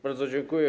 Bardzo dziękuję.